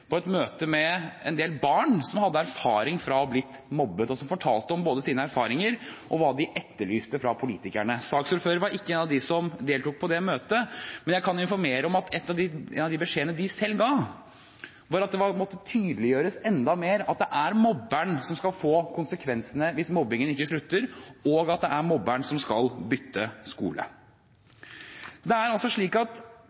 på et møte med en del barn som hadde erfaring fra å ha blitt mobbet, og som fortalte om både sine erfaringer og hva de etterlyste fra politikerne. Saksordføreren var ikke en av dem som deltok på det møtet, men jeg kan informere om at en av de beskjedene de selv ga, var at det måtte tydeliggjøres enda mer at det er mobberen som skal ta konsekvensene hvis mobbingen ikke slutter, og at det er mobberen som skal bytte skole. Det som man nå gjør, er